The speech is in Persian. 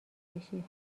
بکشی